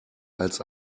als